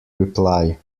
reply